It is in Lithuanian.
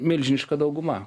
milžiniška dauguma